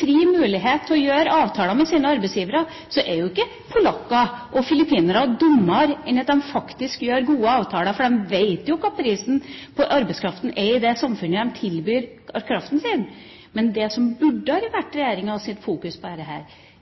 fri mulighet til å gjøre avtaler med sine arbeidsgivere, ser vi jo at polakker og filippinere ikke er dummere enn at de faktisk gjør gode avtaler. De vet jo hva prisen på arbeidskraften er i det samfunnet der de tilbyr arbeidskraften sin. Men det som burde vært regjeringas fokus,